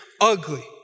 ugly